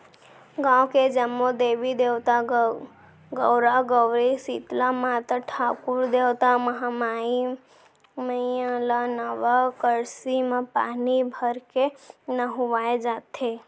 गाँव के जम्मो देवी देवता, गउरा गउरी, सीतला माता, ठाकुर देवता, महामाई मईया ल नवा करसी म पानी भरके नहुवाए जाथे